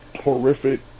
horrific